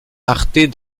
arthez